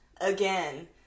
again